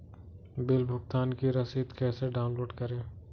Bill भुगतान की रसीद कैसे डाउनलोड करें?